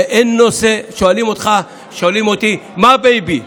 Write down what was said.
ואין נושא, שואלים אותי: מה הבייבי?